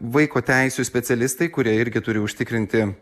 vaiko teisių specialistai kurie irgi turi užtikrinti